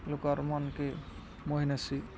ଲୁକର୍ ମନ୍କେ ମୋହିନେସି